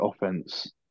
offense